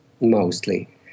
Mostly